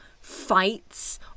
fights